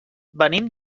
venim